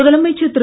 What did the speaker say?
முதலமைச்சர் திரு